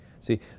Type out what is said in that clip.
See